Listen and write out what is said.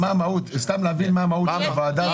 סתם להבין, מה המהות של הוועדה?